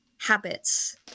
habits